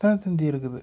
தினதந்தி இருக்குது